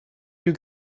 you